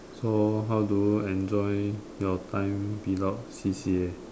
so how do you enjoy your time without C_C_A